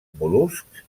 mol·luscs